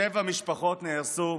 שבע משפחות נהרסו,